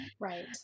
Right